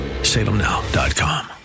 salemnow.com